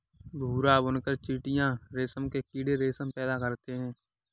भूरा बुनकर चीटियां रेशम के कीड़े रेशम पैदा करते हैं